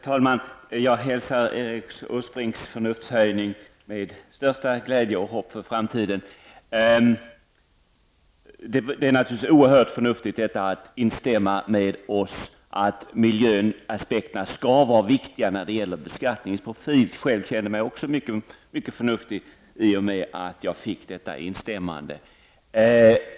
Herr talman! Jag hälsar Erik Åsbrinks förnuftshöjning med största glädje och hopp för framtiden. Det är naturligtvis oerhört förnuftigt att instämma i vårt påstående att miljöaspekterna skall vara viktiga när det gäller beskattningsprofilen. Själv känner jag mig också mycket förnuftig i och med att jag fick detta instämmande.